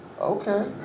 okay